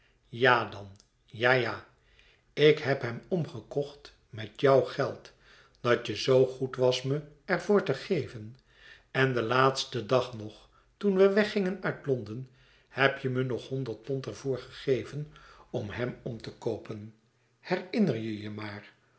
ja dan ja ja ik heb hem omgekocht met jouw geld dat je zoo goed was me er voor te geven en den laatsten dag nog toen we weggingen uit londen heb je me nog honderd pond er voor gegeven om hem om te koopen herinner je je maar